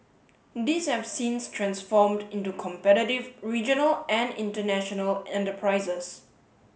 these have since transformed into competitive regional and international enterprises